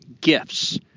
gifts